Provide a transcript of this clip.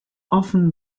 often